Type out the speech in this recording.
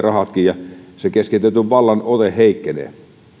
rahatkin ja keskitetyn vallan ote heikkenee